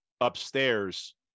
upstairs